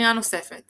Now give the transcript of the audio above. לקריאה נוספת